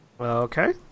Okay